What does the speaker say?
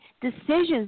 decisions